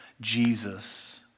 Jesus